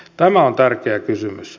tämä on tärkeä kysymys